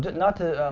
but not to